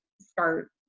start